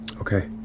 Okay